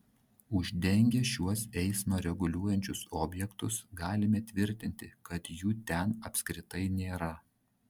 uždengę šiuos eismą reguliuojančius objektus galime tvirtinti kad jų ten apskritai nėra